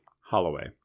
Holloway